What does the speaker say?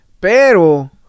Pero